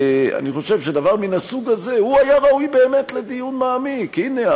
אני חושב שדבר מן הסוג הזה היה ראוי באמת לדיון מעמיק: הנה,